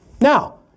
Now